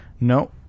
No